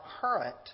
current